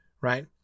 right